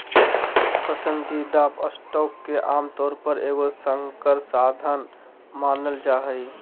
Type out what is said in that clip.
पसंदीदा स्टॉक के आमतौर पर एगो संकर साधन मानल जा हइ